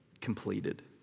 completed